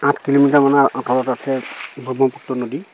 আঠ কিলোমিটাৰ মানৰ আঁতৰতে আছে ব্ৰহ্মপুত্ৰ নদী